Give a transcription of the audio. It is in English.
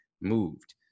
moved